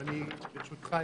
אבל אני, ברשותך,